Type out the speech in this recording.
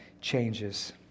changes